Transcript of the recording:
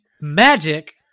Magic